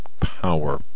power